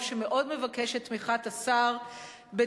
שהוא